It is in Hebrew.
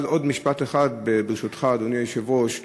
אבל עוד משפט אחד, ברשותך, אדוני היושב-ראש: